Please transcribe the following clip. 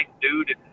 dude